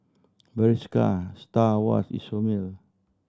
Bershka Star Awards Isomil